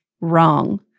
wrong